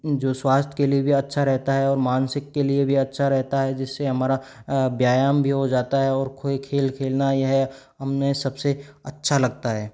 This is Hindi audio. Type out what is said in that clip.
जो स्वास्थ्य के लिए भी अच्छा रहता है और मानसिक के लिए भी अच्छा रहता है जिससे हमारा व्यायाम भी हो जाता है और कोई खेल खेलना ही है हमने सबसे अच्छा लगता है